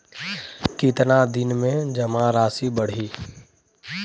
कितना दिन में जमा राशि बढ़ी?